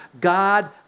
God